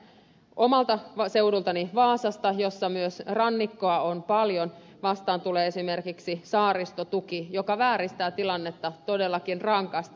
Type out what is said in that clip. omalta seudultani vaasasta jossa myös rannikkoa on paljon vastaan tulee esimerkiksi saaristotuki joka vääristää tilannetta todellakin rankasti